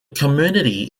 community